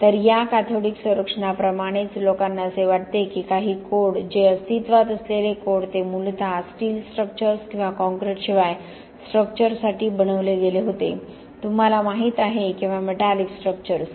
तर या कॅथोडिक संरक्षणाप्रमाणेच लोकांना असे वाटते की काही कोड जे अस्तित्वात असलेले कोड ते मूलतः स्टील स्ट्रक्चर्स किंवा कॉंक्रिट शिवाय स्ट्रक्चर्ससाठी बनवले गेले होते तुम्हाला माहीत आहे किंवा मेटॅलिक स्ट्रक्चर्स